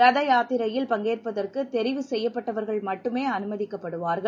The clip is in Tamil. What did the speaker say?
ரத யாத்திரையில் பங்கேற்பதற்கு தெரிவு செய்யப்பட்டவர்க்ள மட்டுமே அனுமதிக்கப்படுவார்கள்